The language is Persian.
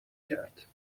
کرد